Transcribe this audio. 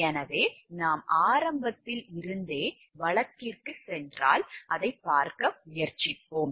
எனவே நாம் ஆரம்பத்தில் இருந்தே வழக்கிற்குச் சென்றால் அதைப் பார்க்க முயற்சிப்போம்